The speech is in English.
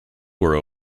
were